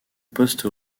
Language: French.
postes